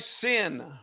sin